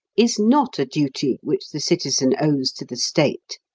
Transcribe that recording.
is not a duty which the citizen owes to the state.